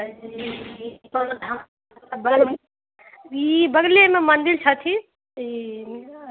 ई सुपौल धाम बगलमे ई बगलेमे मन्दिर छथिन ई